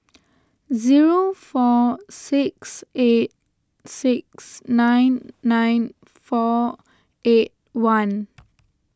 four six eight six nine nine four eight one